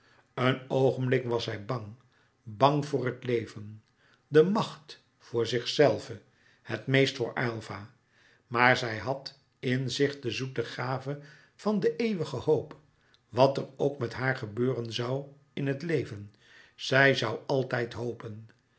een oogenblik was zij bang bang voor het leven de macht voor zichzelve het meest voor aylva maar zij had in zich de zoete gave van de eeuwige hoop wat er ook met haar gebeuren zoû in het leven zij zoû altijd hopen